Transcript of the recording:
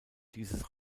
dieses